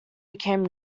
became